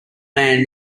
man